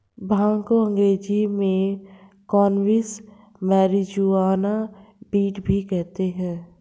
भांग को अंग्रेज़ी में कैनाबीस, मैरिजुआना, वीड भी कहते हैं